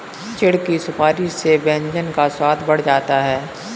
चिढ़ की सुपारी से व्यंजन का स्वाद बढ़ जाता है